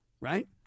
right